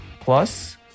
Plus